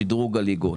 שדרוג הליגות,